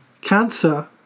cancer